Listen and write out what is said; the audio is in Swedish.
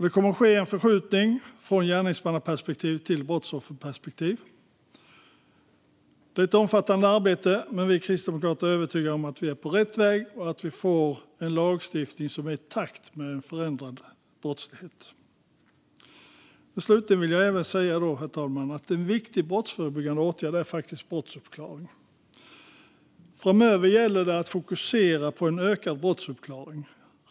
Det kommer att ske en förskjutning från gärningsmannaperspektiv till brottsofferperspektiv. Det är ett omfattande arbete, men vi kristdemokrater är övertygade om att vi är på rätt väg och att vi får en lagstiftning som är i takt med en förändrad brottslighet. Slutligen vill jag även säga, herr talman, att en viktig brottsförebyggande åtgärd faktiskt är brottsuppklaringen. Framöver gäller det att fokusera på ökad brottsuppklaring.